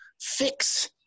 fix